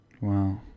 Wow